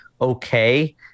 okay